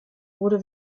wurde